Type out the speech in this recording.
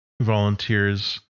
volunteers